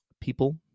people